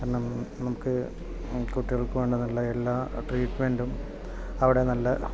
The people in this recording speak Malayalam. നമുക്ക് കുട്ടികൾക്ക് വേണ്ട നല്ല എല്ലാ ട്രീറ്റ്മെൻറ്റും അവിടെ നല്ല